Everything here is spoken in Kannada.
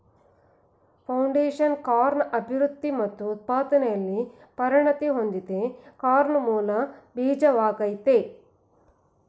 ಫೌಂಡೇಶನ್ ಸೀಡ್ ಕಾರ್ನ್ ಅಭಿವೃದ್ಧಿ ಮತ್ತು ಉತ್ಪಾದನೆಲಿ ಪರಿಣತಿ ಹೊಂದಿದೆ ಕಾರ್ನ್ ಮೂಲ ಬೀಜವಾಗಯ್ತೆ